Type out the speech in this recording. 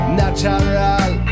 natural